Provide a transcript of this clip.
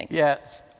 yes,